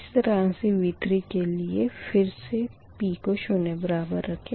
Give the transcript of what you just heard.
इसी तरह से V3 के लिए फिर से p को शून्य बराबर रखें